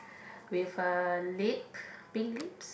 with a lip pink lips